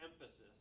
emphasis